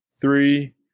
three